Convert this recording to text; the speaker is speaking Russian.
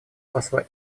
посла